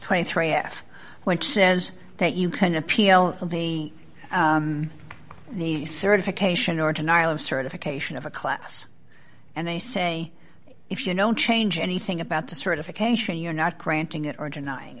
twenty three f when says that you can appeal the the certification or denial of certification of a class and they say if you know change anything about the certification you're not granting it or denying